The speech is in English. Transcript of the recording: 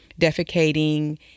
defecating